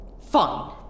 Fine